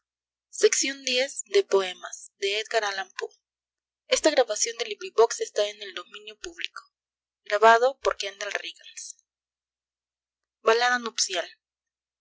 en el número